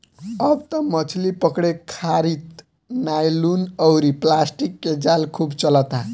अब त मछली पकड़े खारित नायलुन अउरी प्लास्टिक के जाल खूब चलता